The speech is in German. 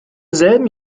selben